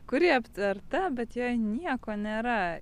kuri aptverta bet joje nieko nėra